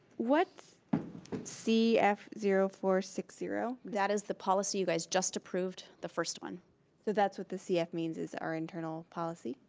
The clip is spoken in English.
what's c f zero four six zero? that is the policy you guys just approved. the first one. so that's what the cf means is our internal policy?